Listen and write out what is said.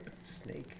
Snake